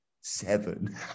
seven